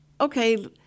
okay